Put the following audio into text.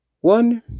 One